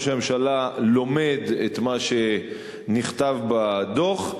ראש הממשלה לומד את מה שנכתב בדוח,